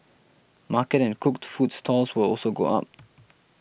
market and cooked food stalls will also go up